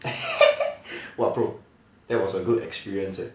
!wah! bro that was a good experience eh